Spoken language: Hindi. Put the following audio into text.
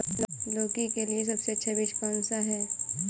लौकी के लिए सबसे अच्छा बीज कौन सा है?